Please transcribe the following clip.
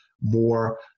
more